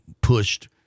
pushed